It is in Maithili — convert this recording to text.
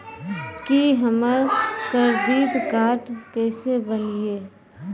की हमर करदीद कार्ड केसे बनिये?